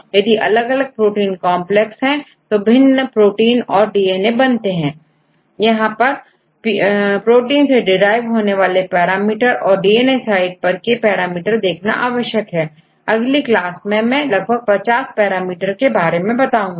यदि अलग अलग प्रोटीन कॉन्प्लेक्स है जो भिन्न प्रोटीन और DNAसे बनते हैं तो यहां पर प्रोटीन सेderive होने वाले पैरामीटर औरDNA साइड पर के पैरामीटर देखना आवश्यक है अगली क्लास में मैं लगभग ऐसे 50 पैरामीटर के बारे में बताऊंगा